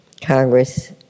Congress